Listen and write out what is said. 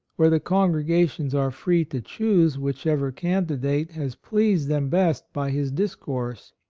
where the congregations are free to choose whichever candidate has pleased them best by his discourse,